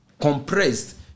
compressed